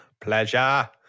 Pleasure